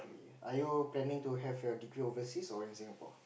are you planning to have your degree overseas or in Singapore